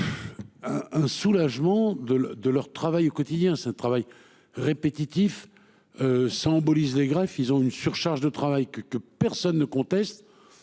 Un soulagement de de leur travail au quotidien ce travail répétitif. Symbolise les greffes, ils ont une surcharge de travail que, que personne ne conteste.